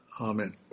Amen